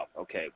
Okay